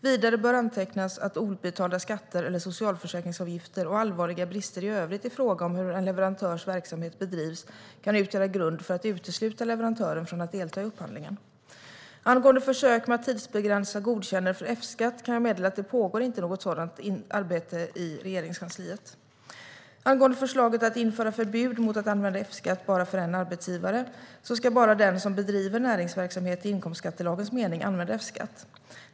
Vidare bör antecknas att obetalda skatter eller socialförsäkringsavgifter och allvarliga brister i övrigt i fråga om hur en leverantörs verksamhet bedrivs kan utgöra grund för att utesluta leverantören från att delta i upphandlingen. Angående försök med att tidsbegränsa godkännande för F-skatt kan jag meddela att det inte pågår något arbete med en sådan inriktning i Regeringskansliet. Angående förslaget att införa förbud mot att använda F-skatt för bara en arbetsgivare ska bara den som bedriver näringsverksamhet i inkomstskattelagens mening använda F-skatt.